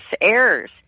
errors